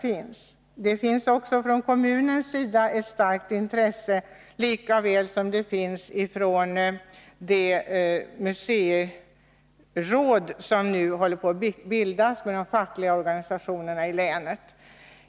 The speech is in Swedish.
Från kommunens håll har det visats stort intresse för ett museum, liksom från det museiråd som nu håller på att bildas med deltagande av de fackliga organisationerna i länet.